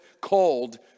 called